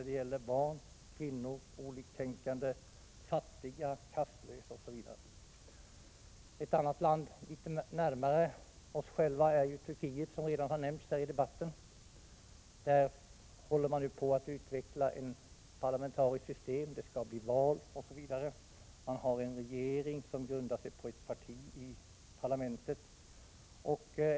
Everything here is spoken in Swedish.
Det gäller barn, kvinnor, oliktänkande, fattiga, kastlösa osv. Ett annat land litet närmare oss är Turkiet, som redan har nämnts i debatten. Där håller man nu på att utveckla ett parlamentariskt system. Det skall bli val osv. Turkiet har en regering som grundar sig på ett parti i parlamentet.